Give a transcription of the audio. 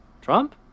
Trump